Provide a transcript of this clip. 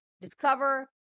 discover